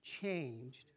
changed